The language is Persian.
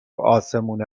آسمون